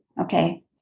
Okay